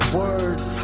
words